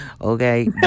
Okay